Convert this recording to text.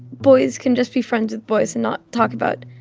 boys can just be friends with boys and not talk about,